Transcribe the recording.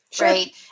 right